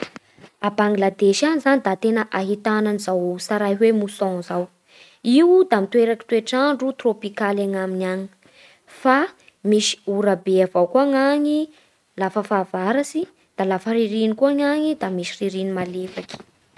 A Bangladesy any zany da tena ahitana an'izao tsaray hoe mousson izao. Io da miteraky toetr'andro trôpikaly agnaminy any. Fa misy ora be avao koa agnany lafa fahavaratsy da lafa ririny kosa ny agny da misy ririny malefaky.